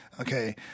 Okay